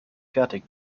fertig